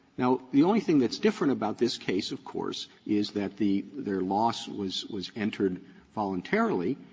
now, the only thing that's different about this case, of course, is that the their loss was was entered voluntarily,